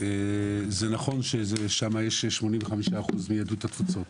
זה נכון ששם יש 85% יהדות התפוצות.